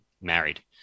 married